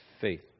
faith